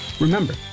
Remember